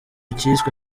cyiswe